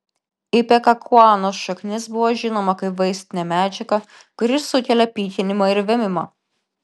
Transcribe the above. ipekakuanos šaknis buvo žinoma kaip vaistinė medžiaga kuri sukelia pykinimą ir vėmimą